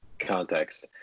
context